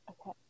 Okay